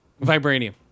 vibranium